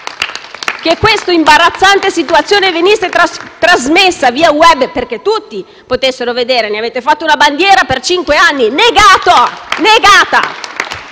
che questa imbarazzante situazione venisse trasmessa via *web,* perché tutti potessero vedere (ne avete fatto la bandiera per cinque anni), ma questa